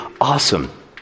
Awesome